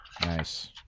nice